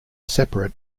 separate